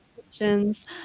questions